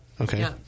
Okay